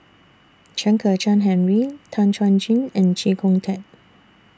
Chen Kezhan Henri Tan Chuan Jin and Chee Kong Tet